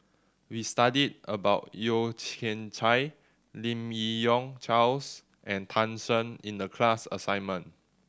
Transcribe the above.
we studied about Yeo Kian Chai Lim Yi Yong Charles and Tan Shen in the class assignment